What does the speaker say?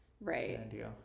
Right